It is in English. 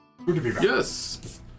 yes